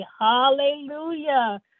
hallelujah